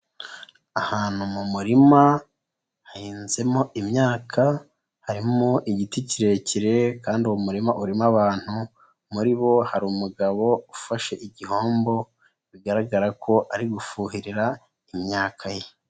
Ahantu mu murima hahinzemo imyaka harimo igiti kirekire kandi uwo muririma urimo abantu, muri bo harimo umugabo ufashe igihombo bigaragara ko ari gufuhirira imyaka ye.